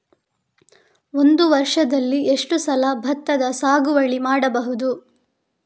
ಒಂದು ವರ್ಷದಲ್ಲಿ ಎಷ್ಟು ಸಲ ಭತ್ತದ ಸಾಗುವಳಿ ಮಾಡಬಹುದು?